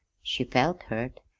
she felt hurt,